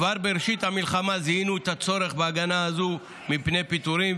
כבר בראשית המלחמה זיהינו את הצורך בהגנה הזו מפני פיטורים,